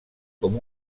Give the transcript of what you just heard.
com